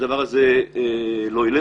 הדבר הזה לא ילך.